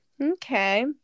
okay